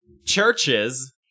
churches